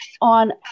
on